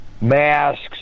masks